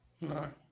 No